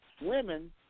Women